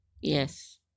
Yes